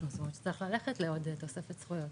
אנחנו נצטרך ללכת לעוד תוספת זכויות.